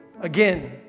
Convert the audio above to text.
Again